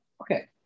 Okay